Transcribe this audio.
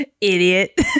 Idiot